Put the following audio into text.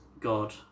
God